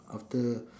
after